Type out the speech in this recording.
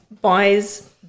buys